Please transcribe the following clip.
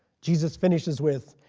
jesus finishes with,